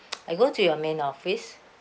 I go to your main office